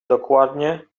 dokładnie